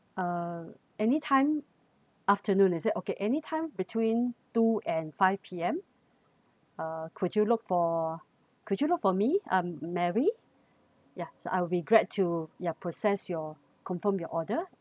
uh anytime afternoon is it okay anytime between two and five P_M uh could you look for could you look for me I'm mary ya so I'll be glad to ya process your confirm your order